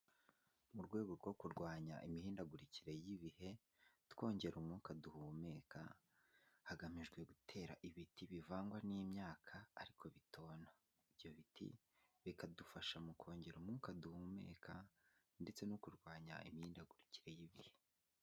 Mu rwego rwo kurwanya imihindagurikire y'ibihe, twongera umwuka duhumeka. Hagamijwe gutera ibiti bivangwa n'imyaka ariko bitona. Ibyo biti bikadufasha mu kongera umwuka duhumeka ndetse no kurwanya imihindagurikire y'ibihe.